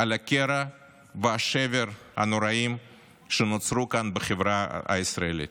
לקרע והשבר הנוראיים שנוצרו בחברה הישראלית.